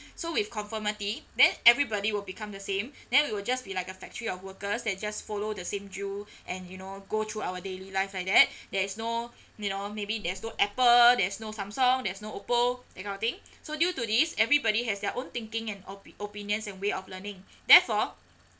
so with conformity then everybody will become the same then we will just be like a factory of workers that just follow the same due and you know go through our daily life like that there is no you know maybe there's no apple there's no samsung there's no oppo that kind of thing so due to these everybody has their own thinking and opi~ opinions and way of learning therefore